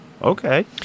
Okay